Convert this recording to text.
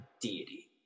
deity